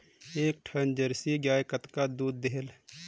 एक ठन जरसी गाय कतका दूध देहेल?